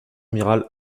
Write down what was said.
amiral